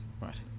Right